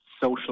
social